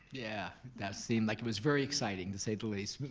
yeah, that seemed like it was very exciting to say the least.